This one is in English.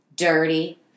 Dirty